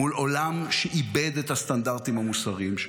מול עולם שאיבד את הסטנדרטים המוסריים שלו.